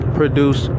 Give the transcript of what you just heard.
produce